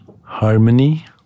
harmony